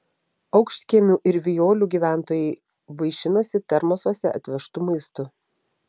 aukštkiemių ir vijolių gyventojai vaišinosi termosuose atvežtu maistu